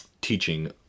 teaching